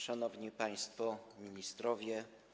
Szanowni Państwo Ministrowie!